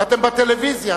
ואתם בטלוויזיה.